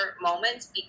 moments